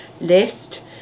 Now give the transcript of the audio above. list